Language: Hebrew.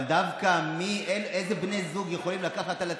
אבל דווקא איזה בני זוג יכולים לקחת על עצמם,